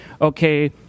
okay